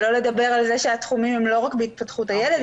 שלא לדבר על זה שהתחומים הם לא רק בהתפתחות הילד,